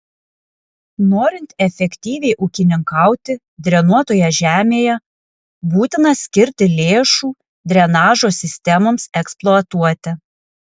norint efektyviai ūkininkauti drenuotoje žemėje būtina skirti lėšų drenažo sistemoms eksploatuoti